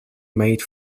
made